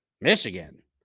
Michigan